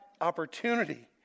opportunity